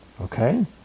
Okay